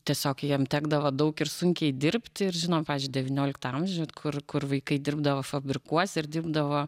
tiesiog jam tekdavo daug ir sunkiai dirbti ir žinom pavyzdžiui devynioliktą amžių kur kur vaikai dirbdavo fabrikuose ir dirbdavo